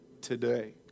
today